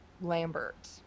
Lambert